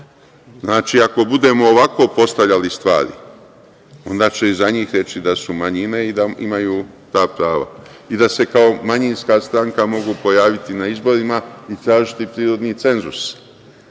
Znači, ako budemo ovako postavljali stvari onda će i za njih reći da su manjina i da imaju ta prava i da se kao manjinska stranka mogu pojaviti na izborima i tražiti prirodni cenzus.